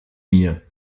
mir